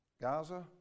Gaza